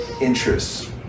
interests